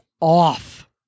off